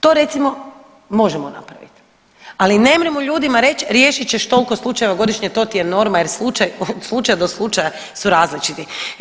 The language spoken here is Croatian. To recimo možemo napraviti, ali nemremo ljudima reći riješit ćeš toliko slučajeva godišnje to ti je norma jer slučaj do slučaja su različiti.